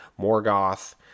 Morgoth